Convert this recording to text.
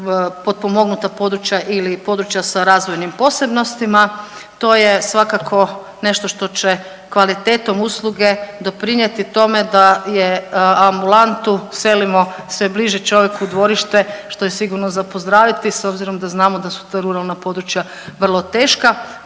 potpomognuta područja ili područja sa razvojnim posebnostima. To je svakako nešto što će kvalitetom usluge doprinijeti tome da je ambulantu selimo sve bliže čovjeku u dvorište, što je sigurno za pozdraviti, s obzirom da znamo da su ta ruralna područja vrlo teška.